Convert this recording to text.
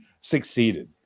succeeded